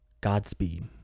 Godspeed